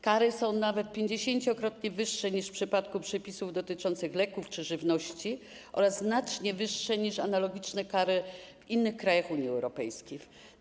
Kary są nawet pięćdziesięciokrotnie wyższe niż w przypadku przepisów dotyczących leków czy żywności oraz znacznie wyższe niż analogiczne kary w innych krajach Unii Europejskiej.